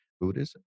Buddhism